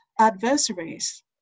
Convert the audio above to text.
adversaries